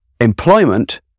employment